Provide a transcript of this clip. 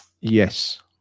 Yes